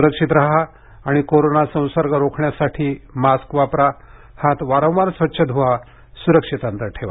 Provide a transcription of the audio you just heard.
सुरक्षित राहा आणि कोरोना संसर्ग रोखण्यासाठी मास्क वापरा हात वारंवार स्वच्छ धुवा सुरक्षित अंतर ठेवा